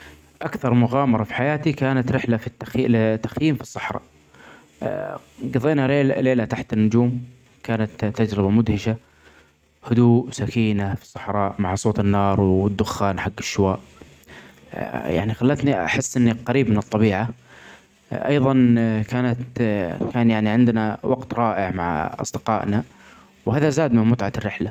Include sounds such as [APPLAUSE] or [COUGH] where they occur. اكثر مغامره في حياتي كانت رحله في التخي-التخييم في الصحرا [HESITATION] قضينا ليله-ليله تحت النجوم كانت تجربه مدهشه. هدوء وسكينه في الصحراء مع صوت النار والدخان حق الشواء ا.ه-يعني خلتني احس اني قريب من الطبيعه, ايضا [HESITATION] كانت [HESITATION] كان يعني عندنا وقت رائع مع اصدقاءنا ,وهذا زاد من متعه الرحله.